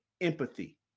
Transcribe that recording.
empathy